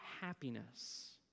happiness